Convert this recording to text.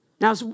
Now